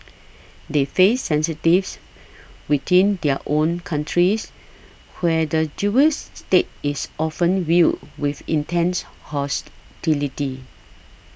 they face sensitivities within their own countries where the Jewish state is often viewed with intense hostility